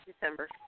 December